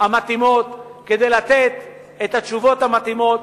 המתאימות כדי לתת את התשובות המתאימות,